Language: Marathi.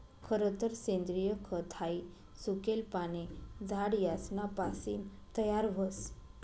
खरतर सेंद्रिय खत हाई सुकेल पाने, झाड यासना पासीन तयार व्हस